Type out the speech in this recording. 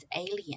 alien